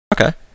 Okay